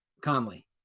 Conley